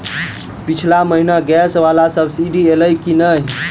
पिछला महीना गैस वला सब्सिडी ऐलई की नहि?